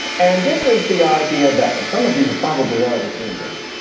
and this is the idea that and some of you have probably already seen this,